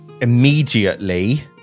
immediately